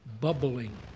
bubbling